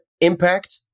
impact